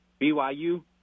BYU